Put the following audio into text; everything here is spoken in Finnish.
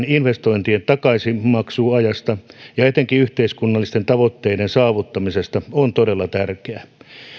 investointien takaisinmaksuajasta ja etenkin yhteiskunnallisten tavoitteiden saavuttamisesta on todella tärkeä